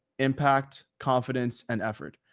impact confidence and effort.